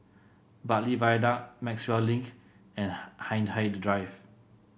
Bartley Viaduct Maxwell Link and Hindhede Drive